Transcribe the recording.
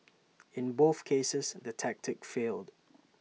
in both cases the tactic failed